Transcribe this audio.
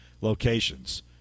locations